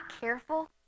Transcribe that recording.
careful